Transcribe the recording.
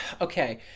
okay